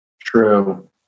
True